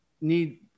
need